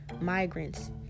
migrants